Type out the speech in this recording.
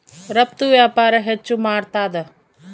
ರಫ್ತು ವ್ಯಾಪಾರ ಹೆಚ್ಚು ಮಾಡ್ತಾದ